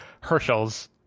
Herschel's